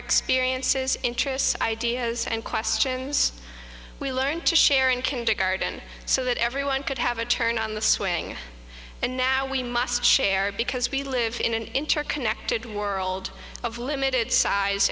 experiences interests ideas and questions we learned to share in kindergarden so that everyone could have a turn on the swing and now we must share because we live in an interconnected world of limited size